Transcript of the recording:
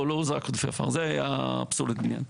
לא, לא עפר, זה היה פסולת בניין.